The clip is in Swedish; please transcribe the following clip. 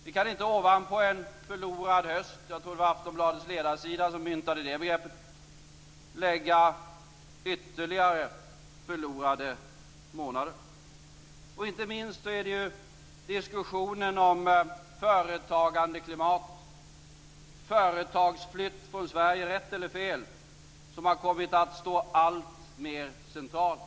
Vi kan inte ovanpå en förlorad höst - jag tror att det var Aftonbladets ledarsida som myntade detta begrepp - lägga ytterligare förlorade månader. Inte minst är det diskussionen om företagandeklimat och företagsflytt från Sverige - rätt eller fel - som har kommit att stå alltmer centralt.